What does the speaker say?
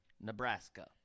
Nebraska